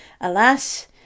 Alas